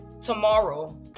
tomorrow